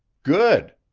good!